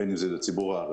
בין אם זה לציבור הערבי,